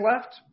left